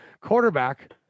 quarterback